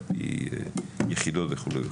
על פי יחידות וכולי.